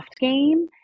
game